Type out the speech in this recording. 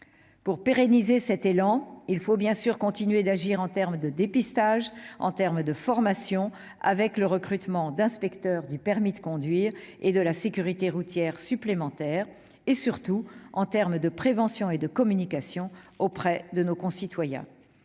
Pour pérenniser cet élan, il faut bien sûr continuer d'agir en matière de dépistage et de formation, et pour cela recruter des inspecteurs du permis de conduire et de la sécurité routière supplémentaires. Il faut surtout agir en matière de prévention et de communication auprès de nos concitoyens.